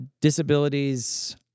disabilities